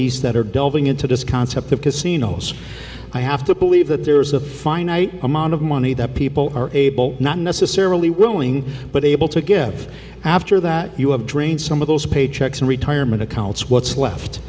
east that are delving into this concept of casinos i have to believe that there is a finite amount of money that people are able not necessarily willing but able to give after that you have drained some of those paychecks and retirement accounts what's left